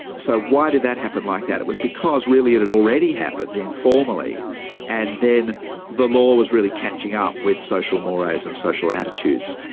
so why did that happen like that? it was because really it had already happened informally and then the law was really catching up with social mores and social attitudes.